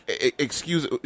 Excuse